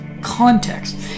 context